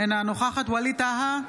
אינה נוכחת ווליד טאהא,